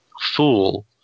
fool